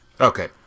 Okay